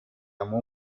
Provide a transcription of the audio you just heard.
amó